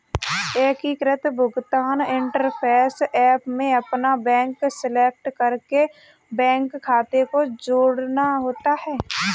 एकीकृत भुगतान interface app में अपना बैंक सेलेक्ट करके बैंक खाते को जोड़ना होता है